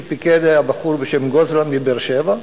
שפיקד עליה בחור בשם גוזלן מבאר-שבע,